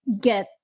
get